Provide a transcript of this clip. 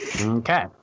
Okay